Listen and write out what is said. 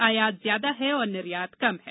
आयात ज्यादा है और निर्यात कम है